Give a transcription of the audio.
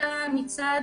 אלא מצד